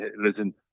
listen